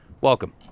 welcome